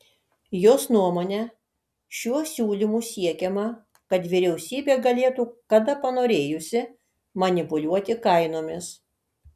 jos nuomone šiuo siūlymu siekiama kad vyriausybė galėtų kada panorėjusi manipuliuoti kainomis